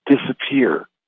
disappear